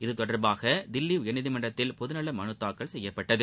இதுதொடர்பாக தில்லி உயர்நீதிமன்றத்தில் பொதுநல மனு தாக்கல் செய்யப்பட்டது